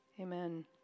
Amen